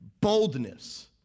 boldness